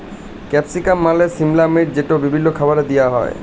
capsicum মালে সিমলা মির্চ যেট বিভিল্ল্য খাবারে দিঁয়া হ্যয়